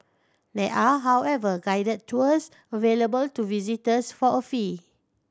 they are however guided tours available to visitors for a fee